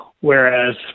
whereas